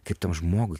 kaip tam žmogui